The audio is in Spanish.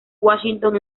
washington